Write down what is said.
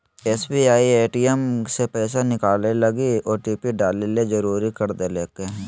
SBI ATM से पैसा निकलैय लगी ओटिपी डाले ले जरुरी कर देल कय हें